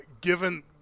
given